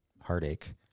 heartache